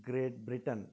Great Britain